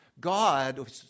God